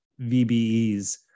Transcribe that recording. VBEs